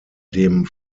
dem